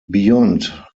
beyond